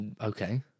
Okay